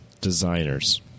Designers